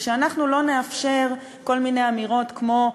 ושאנחנו לא נאפשר כל מיני אמירות כמו: